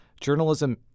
Journalism